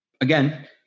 again